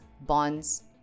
bonds